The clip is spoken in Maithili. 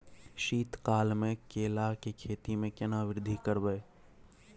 शीत काल मे केला के खेती में केना वृद्धि करबै?